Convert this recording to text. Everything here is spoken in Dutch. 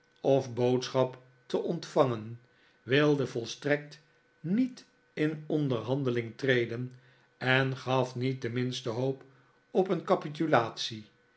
of boodschap te ontvangen wilde volstrekt niet in onderhandeling treden en gaf niet de minste hoop op een